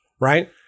right